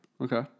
Okay